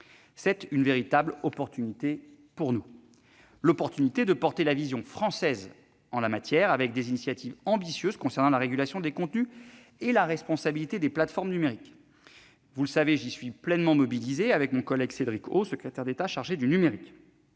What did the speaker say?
nous, une véritable occasion de promouvoir la vision française en la matière, par des initiatives ambitieuses concernant la régulation des contenus et la responsabilité des plateformes numériques. Je suis pleinement mobilisé, avec mon collègue Cédric O, secrétaire d'État chargé du numérique,